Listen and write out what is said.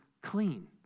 clean